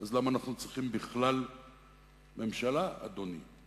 אז למה אנחנו צריכים בכלל ממשלה, אדוני?